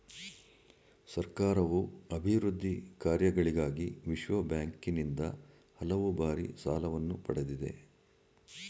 ಸರ್ಕಾರವು ಅಭಿವೃದ್ಧಿ ಕಾರ್ಯಗಳಿಗಾಗಿ ವಿಶ್ವಬ್ಯಾಂಕಿನಿಂದ ಹಲವು ಬಾರಿ ಸಾಲವನ್ನು ಪಡೆದಿದೆ